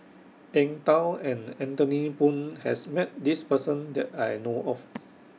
Eng Tow and Anthony Poon has Met This Person that I know of